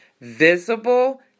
visible